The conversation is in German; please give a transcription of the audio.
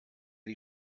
die